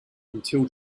until